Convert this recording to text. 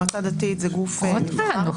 מועצה דתית זה גוף נבחר.